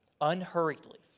unhurriedly